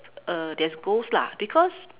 err there's ghost lah because